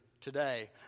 today